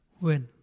win